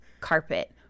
carpet